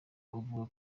uvuga